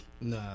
Nah